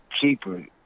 keeper